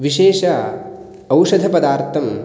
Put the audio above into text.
विशेष औषधपदार्थं